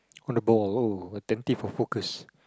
on the ball attentive or focused